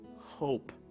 hope